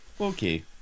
Okay